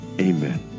amen